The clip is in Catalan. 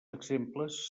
exemples